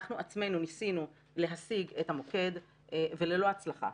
אנחנו עצמנו ניסינו להשיג את המוקד וללא הצלחה.